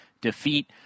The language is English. defeat